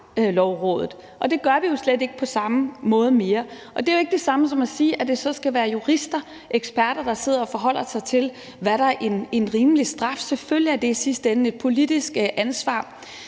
Det gør vi jo slet ikke på samme måde mere. Det er ikke det samme som at sige, at det så skal være jurister og eksperter, der sidder og forholder sig til, hvad der er en rimelig straf. Selvfølgelig er det i sidste ende et politisk ansvar,